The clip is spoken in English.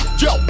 yo